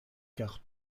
car